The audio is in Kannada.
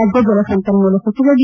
ರಾಜ್ಯ ಜಲಸಂಪನ್ನೂಲ ಸಚಿವ ಡಿ